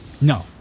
No